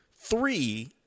three